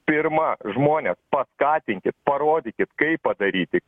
pirma žmones paskatinkit parodykit kaip padaryti